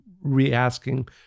re-asking